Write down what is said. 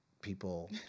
people